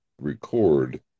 record